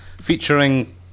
Featuring